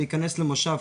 להיכנס למושב.